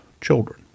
children